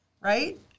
right